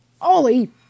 Ollie